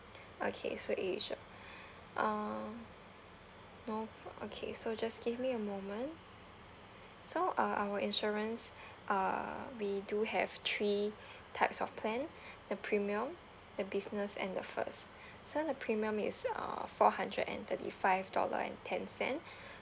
okay so asia uh mo~ okay so just give me a moment so uh our insurance uh we do have three types of plan the premium the business and the first so the premium is uh four hundred and thirty five dollar and ten cent